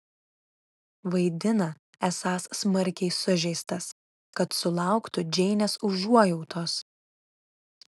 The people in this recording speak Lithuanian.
vaidina esąs smarkiai sužeistas kad sulauktų džeinės užuojautos